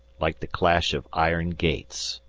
like the clash of iron gates,